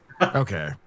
Okay